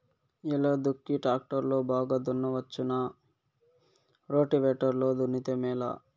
ఎలా దుక్కి టాక్టర్ లో బాగా దున్నవచ్చునా రోటివేటర్ లో దున్నితే మేలా?